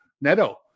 Neto